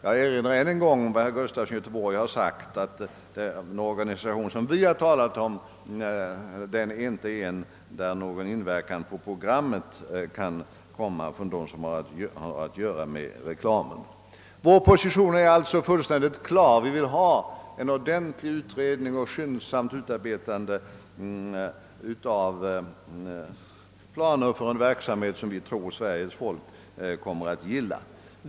Jag erinrar ännu en gång om vad herr Gustafson i Göteborg har sagt, att med den organisation som vi har talat om någon inverkan på programmet inte får utövas av dem som har att göra med reklamen. Vår position är alltså i huvuddragen fullständigt klar. Vi vill ha en ordentlig utredning och ett skyndsamt utarbetande av planer för en verksamhet som vi tror att Sveriges folk kommer att gilla.